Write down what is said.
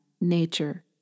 nature